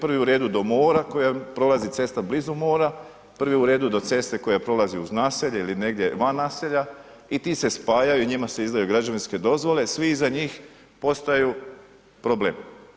Prvi u redu do mora koja prolazi cesta blizu mora, prvi u redu do ceste koja prolazi uz naselje ili negdje van naselja i ti se spajaju i njima se izdaju građevinske dozvole, svi iza njih postaju problem.